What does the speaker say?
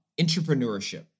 Entrepreneurship